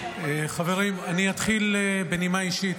חברים, אני אתחיל בנימה אישית.